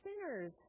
sinners